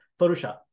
Photoshop